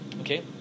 Okay